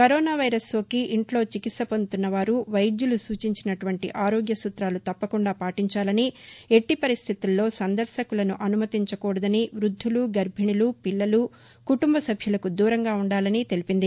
corona virus సోకి ఇంట్లో చికిత్ప పొందుతున్న వారు వైద్యులు సూచించినటువంటి ఆరోగ్య సుతాలు తప్పకుండా పాటించాలని ఎట్లిపరిస్థితుల్లో సందర్భకులను అనుమతించకూడదనీ వృద్దులు గర్బిణీలు పిల్లలు మరియు కుటుంబ సభ్యులకు దూరంగా ఉండాలనీ తెలిపింది